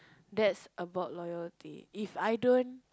that's about loyalty If I don't